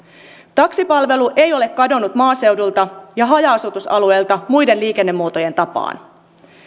taksipalvelu ei ole kadonnut maaseudulta ja haja asutusalueilta muiden liikennemuotojen tapaan